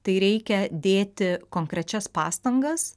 tai reikia dėti konkrečias pastangas